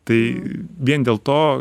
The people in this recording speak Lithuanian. tai vien dėl to